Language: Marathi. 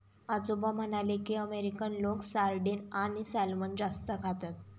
आजोबा म्हणाले की, अमेरिकन लोक सार्डिन आणि सॅल्मन जास्त खातात